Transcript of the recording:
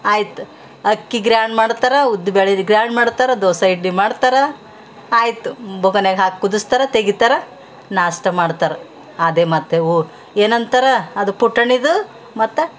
ಆಯ್ತು ಅಕ್ಕಿ ಗ್ರೈಂಡ್ ಮಾಡ್ತಾರೆ ಉದ್ದುಬ್ಯಾಳಿ ಗ್ರೈಂಡ್ ಮಾಡ್ತಾರೆ ದೋಸೆ ಇಡ್ಲಿ ಮಾಡ್ತಾರೆ ಆಯಿತು ಬೊಗಣೆಗೆ ಹಾಕಿ ಕುದಿಸ್ತಾರೆ ತೆಗಿತಾರೆ ನಾಷ್ಟ ಮಾಡ್ತಾರೆ ಅದೇ ಮತ್ತೆ ಹೊ ಏನಂತರ ಅದು ಪುಟಾಣಿದ್ದು ಮತ್ತು